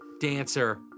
dancer